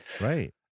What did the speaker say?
Right